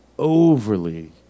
overly